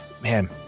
man